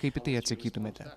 kaip į tai atsakytumėte